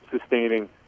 Sustaining